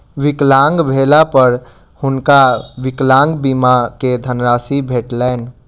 विकलांग भेला पर हुनका विकलांग बीमा के धनराशि भेटलैन